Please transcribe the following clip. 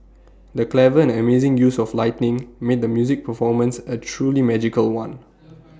the clever and amazing use of lighting made the music performance A truly magical one